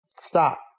Stop